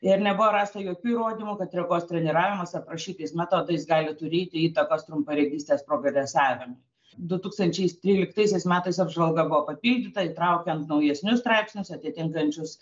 ir nebuvo rasta jokių įrodymų kad regos treniravimas aprašytais metodais gali turėti įtakos trumparegystės progresavimui du tūkstančiai tryliktaisiais metais apžvalga buvo papildyta įtraukiant naujesnius straipsnius atitinkančius